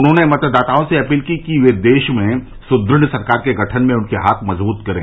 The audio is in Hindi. उन्होंने मतदाताओं से अपील की कि वे देश में सुदृढ़ सरकार के गठन में उनके हाथ मजबूत करें